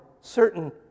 certain